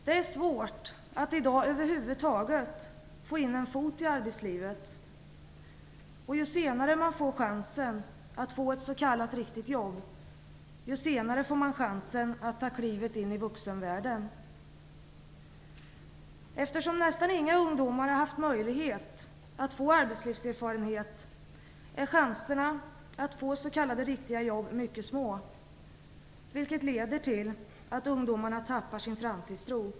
Det är svårt att i dag över huvud taget få in en fot i arbetslivet, och ju senare man får chansen att få ett s.k. riktigt jobb, desto senare får man chansen att ta klivet in i vuxenvärlden. Eftersom nästan inga ungdomar har haft möjlighet att få arbetslivserfarenhet är chanserna att få s.k. riktiga jobb mycket små, vilket leder till att ungdomarna tappar sin framtidstro.